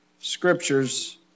scriptures